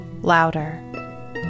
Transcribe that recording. Louder